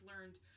learned